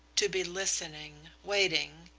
to be listening, waiting.